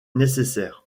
nécessaire